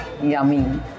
Yummy